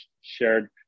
shared